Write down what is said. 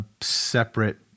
separate